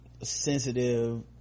Sensitive